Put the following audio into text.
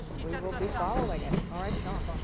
we will be following it all right shawn.